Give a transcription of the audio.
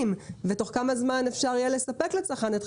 האלה, וגם מה יהיה הזמן אספקה שלהם.